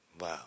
Wow